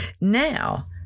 now